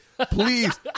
Please